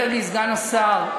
אומר לי סגן השר,